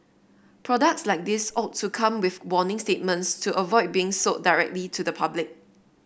products like these ought to come with warning statements to avoid being sold directly to the public